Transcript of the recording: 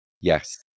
yes